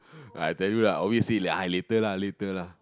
I tell you lah obviously ah later lah later lah